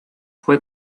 fue